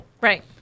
Right